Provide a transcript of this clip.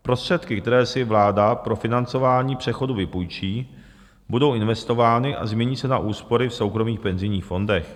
Prostředky, které si vláda pro financování přechodu vypůjčí, budou investovány a změní se na úspory v soukromých penzijních fondech.